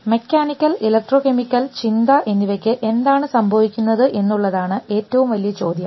mechanical electrochemical ചിന്ത എന്നിവയ്ക്ക് എന്താണ് സംഭവിക്കുന്നത് എന്നുള്ളതാണ് ഏറ്റവും വലിയ ചോദ്യം